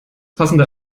passende